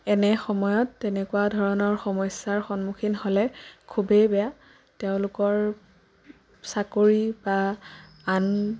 এনে সময়ত তেনেকুৱা ধৰণৰ সমস্যাৰ সন্মুখীন হ'লে খুবেই বেয়া তেওঁলোকৰ চাকৰি বা আন